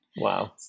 Wow